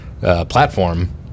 platform